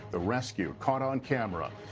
the rescue caught on camera.